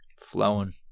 Flowing